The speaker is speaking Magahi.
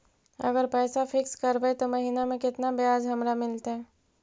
अगर पैसा फिक्स करबै त महिना मे केतना ब्याज हमरा मिलतै?